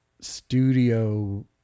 studio